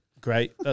Great